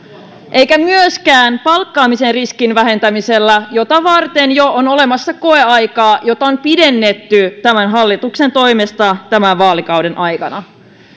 eikä myöskään palkkaamisen riskin vähentämisellä jota varten jo on olemassa koeaika jota on pidennetty tämän hallituksen toimesta tämän vaalikauden aikana